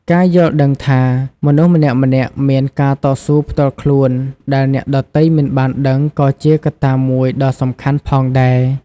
ការយល់ដឹងថា មនុស្សម្នាក់ៗមានការតស៊ូផ្ទាល់ខ្លួនដែលអ្នកដទៃមិនបានដឹងក៏ជាកត្តាមួយដ៏សំខាន់ផងដែរ។